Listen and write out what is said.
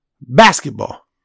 Basketball